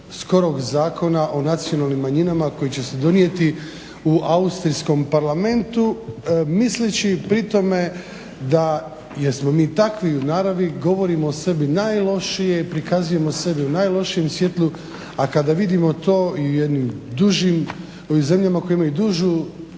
skorog Zakona o nacionalnim manjinama koji će se donijeti u austrijskom Parlamentu misleći pri tome da, jer smo mi takvi u naravi, govorimo o sebi najlošije i prikazujemo sebe u najlošijem svjetlu. A kada vidimo to i u zemljama koje imaju dužu